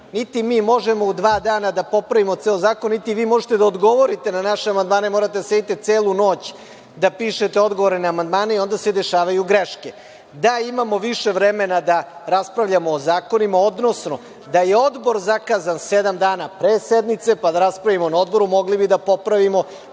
Niti mi možemo u dva dana da popravimo ceo zakon, niti vi možete da odgovorite na naše amandmane i morate da sedite celu noć da pišete odgovore na amandmane i onda se dešavaju greške. Da imamo više vremena da raspravljamo o zakonima, odnosno da je odbor zakazan sedam dana pre sednice, pa da raspravimo na odboru mogli bi da popravimo